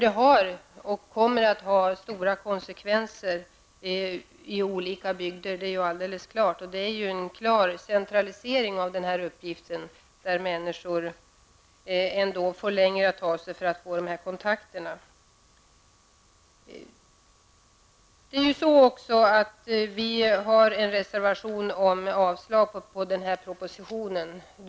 Det har och kommer alldeles klart att få stora konsekvenser i olika bygder. Det innebär att det blir en klar centralisering av den här uppgiften och att människor måste resa längre sträckor för att få dessa kontakter. I en reservation har vi yrkat avslag på propositionen.